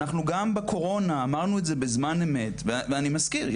אנחנו גם בקורונה אמרנו את זה בזמן אמת ואני מזכיר,